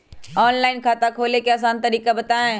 Online खाता खोले के आसान तरीका बताए?